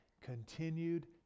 continued